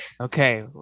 Okay